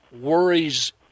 worries